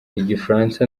igifaransa